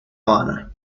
habana